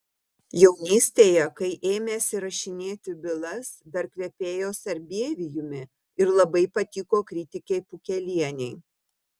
jaunystėje kai ėmėsi rašinėti bylas dar kvepėjo sarbievijumi ir labai patiko kritikei pukelienei